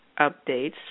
updates